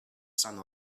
sant